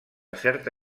certa